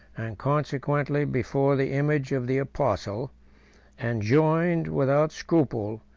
and consequently before the image, of the apostle and joined, without scruple,